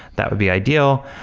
that would be ideal.